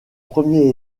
premier